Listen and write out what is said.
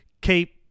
keep